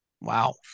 Wow